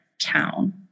town